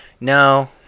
No